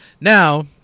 Now